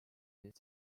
used